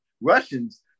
Russians